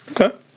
Okay